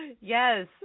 Yes